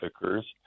occurs